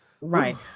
Right